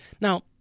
Now